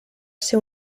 ser